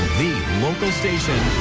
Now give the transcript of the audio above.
the local station,